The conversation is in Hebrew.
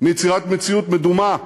מיצירת מציאות מדומה,